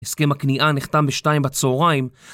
הסכם הכניעה נחתם בשתיים בצהריים